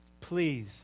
Please